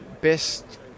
best